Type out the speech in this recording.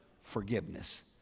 forgiveness